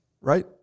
Right